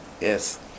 Yes